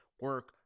Work